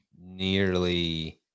nearly